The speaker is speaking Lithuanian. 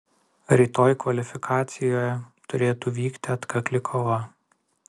rytoj kvalifikacijoje turėtų vykti atkakli kova